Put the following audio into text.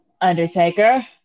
Undertaker